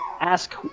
ask